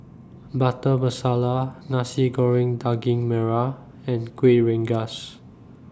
Butter Masala Nasi Goreng Daging Merah and Kueh Rengas